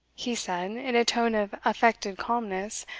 he said, in a tone of affected calmness,